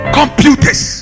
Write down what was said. computers